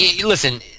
Listen